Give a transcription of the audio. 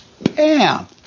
Bam